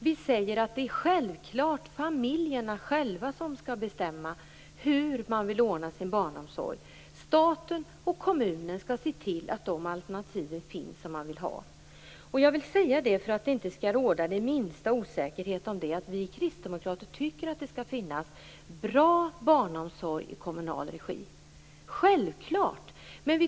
Vi säger att det är självklart att det är familjerna själva som skall bestämma hur de vill ordna sin barnomsorg. Staten och kommunen skall se till att det finns de alternativ som man vill ha. För att det inte skall råda den minsta osäkerhet om det vill jag säga att vi kristdemokrater tycker att det skall finnas bra barnomsorg i kommunal regi, självfallet.